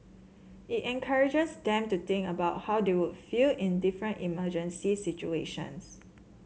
it encourages them to think about how they would feel in different emergency situations